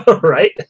Right